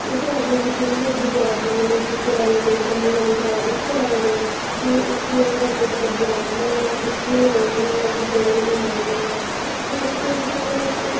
उस राजे गी छुडियै ओह् दुए राजे कोल दुगे राजे कोल जंदियां नेईं हियां उस्सै राजे कोल उत्थेंई नुआढ़ा वेट करदियां रौंह्दियां हियां ओह् किश बी निं बोलदियां हियां दुए कोल निं जंदियां एहियां ते इस करी केह् होंदा जि'यां